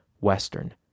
Western